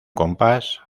compás